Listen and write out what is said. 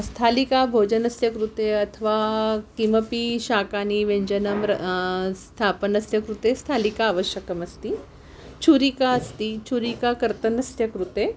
स्थालिका भोजनस्य कृते अथवा किमपि शाकानि व्यञ्जनं र् स्थापनस्य कृते स्थालिका आवश्यकमस्ति छुरिका अस्ति छुरिका कर्तनस्य कृते